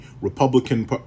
Republican